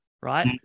right